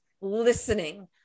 listening